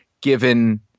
given –